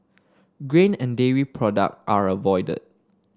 grain and dairy product are avoided